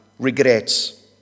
regrets